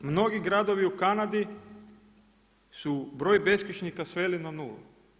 Mnogi gradovi u Kanadi su broj beskućnika sveli na nulu.